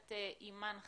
הכנסת אימאן ח'טיב.